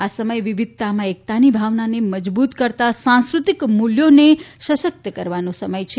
આ સમય વિવિધતામાં એકતાની ભાવનાને મજબૂત કરતાં સાંસ્કૃતિક મુલ્યોને સશક્ત કરવાનો સમય છે